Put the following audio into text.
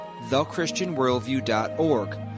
thechristianworldview.org